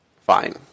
fine